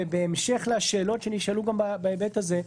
בהמשך לשאלות שנשאלו גם בהיבט הזה,